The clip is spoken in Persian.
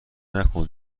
نکن